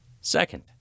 Second